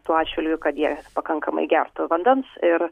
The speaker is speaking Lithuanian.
tuo atžvilgiu kad jie pakankamai gertų vandens ir